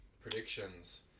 Predictions